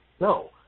No